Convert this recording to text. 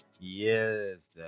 Yes